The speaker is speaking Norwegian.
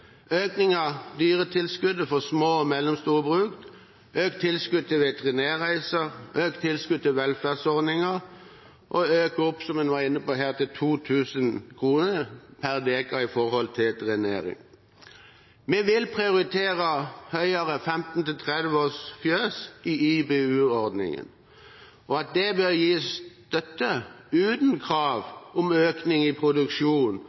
dyretilskuddet for små og mellomstore sauebruk, øker tilskuddet til veterinærreiser, øker tilskuddet til velferdsordninger og øker, som en var inne på her, til 2 000 kr per dekar til drenering. Vi vil prioritere høyere 15–30-kyrsfjøs innenfor IBU-ordningen og mener at det bør gis støtte uten krav om økning i